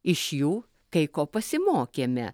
iš jų kai ko pasimokėme